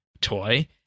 toy